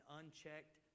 unchecked